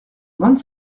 vingt